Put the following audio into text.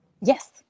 Yes